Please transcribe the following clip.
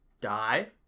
die